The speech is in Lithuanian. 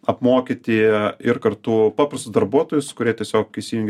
apmokyti ir kartu paprastus darbuotojus kurie tiesiog įsijungia